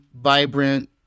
vibrant